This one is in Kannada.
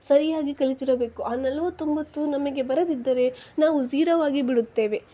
ಸರಿಯಾಗಿ ಕಲಿತಿರಬೇಕು ಆ ನಲ್ವತ್ತೊಂಬತ್ತೂ ನಮಗೆ ಬರದಿದ್ದರೆ ನಾವು ಝೀರೋವಾಗಿ ಬಿಡುತ್ತೇವೆ